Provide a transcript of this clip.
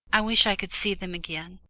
i wished i could see them again,